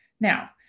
Now